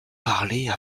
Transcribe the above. parler